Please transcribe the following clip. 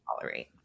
tolerate